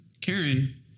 Karen